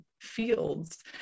fields